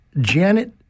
Janet